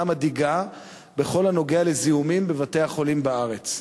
מדאיגה בכל הנוגע לזיהומים בבתי-החולים בארץ.